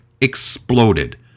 exploded